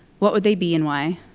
what would they be and why?